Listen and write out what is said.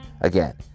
Again